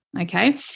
okay